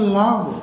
love